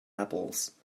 apples